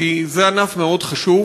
כי זה ענף מאוד חשוב,